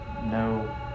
No